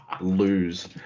lose